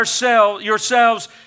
yourselves